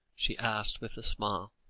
she asked, with a smile.